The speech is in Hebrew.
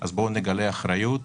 אז בואו נגלה אחריות,